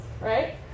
Right